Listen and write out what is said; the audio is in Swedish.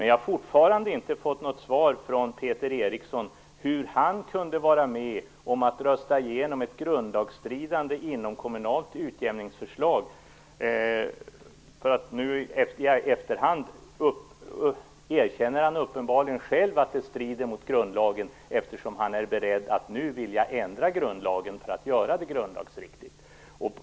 Jag har fortfarande inte fått något svar från Peter Eriksson på hur han kunde vara med om att rösta igenom ett grundlagsstridigt inomkommunalt utjämningsförslag. Nu i efterhand erkänner han uppenbarligen själv att det strider mot grundlagen, eftersom han är beredd att nu ändra grundlagen för att göra det grundlagsriktigt.